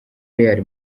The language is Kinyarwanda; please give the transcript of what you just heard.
real